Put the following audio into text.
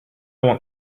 want